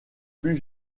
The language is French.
plus